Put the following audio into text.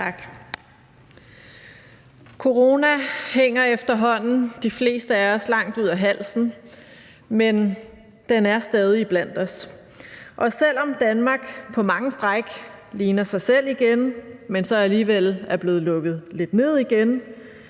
Corona hænger efterhånden de fleste af os langt ud af halsen, men den er stadig iblandt os. Selv om Danmark på mange stræk ligner sig selv igen, men så alligevel er blevet lukket lidt ned igen,